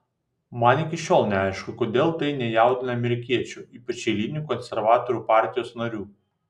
man iki šiol neaišku kodėl tai nejaudina amerikiečių ypač eilinių konservatorių partijos narių